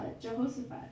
Jehoshaphat